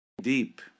Deep